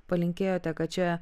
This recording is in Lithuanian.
palinkėjote kad čia